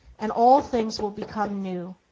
and all things will become new.